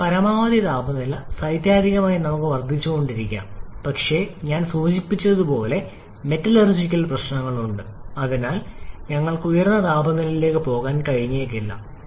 ഇപ്പോൾ പരമാവധി താപനില സൈദ്ധാന്തികമായി നമുക്ക് വർദ്ധിച്ചുകൊണ്ടിരിക്കാം പക്ഷേ ഞാൻ സൂചിപ്പിച്ചതുപോലെ മെറ്റലർജിക്കൽ പരിമിതികളുണ്ട് അതിനാൽ ഞങ്ങൾക്ക് ഉയർന്ന താപനിലയിലേക്ക് പോകാൻ കഴിഞ്ഞേക്കില്ല